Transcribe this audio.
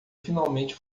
finalmente